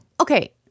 Okay